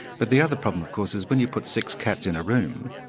but the other problem of course is when you put six cats in a room,